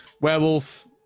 Werewolf